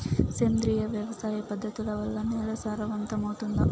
సేంద్రియ వ్యవసాయ పద్ధతుల వల్ల, నేల సారవంతమౌతుందా?